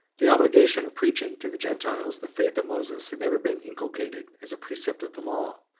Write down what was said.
the obligation of preaching to the gentiles the faith of moses had never been inculcated as a precept of the law,